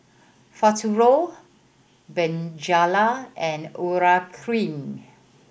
Futuro Bonjela and Urea Cream